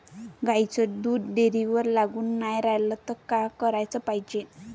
गाईचं दूध डेअरीवर लागून नाई रायलं त का कराच पायजे?